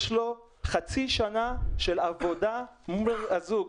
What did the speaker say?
יש לו חצי שנה של עבודה מול הזוג,